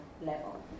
level